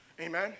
Amen